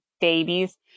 babies